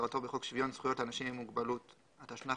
כהגדרתו בחוק שוויון זכויות לאנשים עם מוגבלות התשנ"ח-1998,